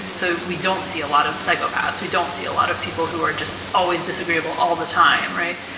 and so we don't see a lot of psychopaths, we don't see a lot of people who are just always disagreeable all the time, right?